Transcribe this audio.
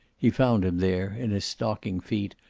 he found him there, in his stocking-feet,